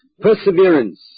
Perseverance